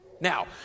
Now